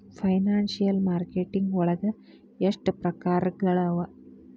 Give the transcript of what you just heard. Financial marketing ವಳಗ ಎಷ್ಟ್ ಪ್ರಕ್ರಾರ್ಗಳವ?